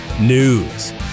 news